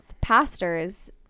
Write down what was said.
pastors